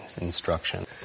instruction